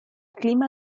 clima